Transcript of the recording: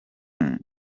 mvura